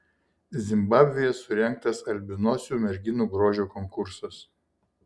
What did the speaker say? zimbabvėje surengtas albinosių merginų grožio konkursas